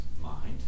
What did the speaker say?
mind